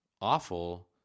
awful